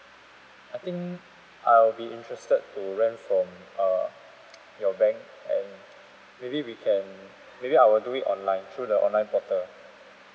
I think I'll be interested to loan from uh your bank and maybe we can maybe I will do it online through the online portal